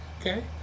Okay